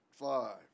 Five